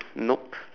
nope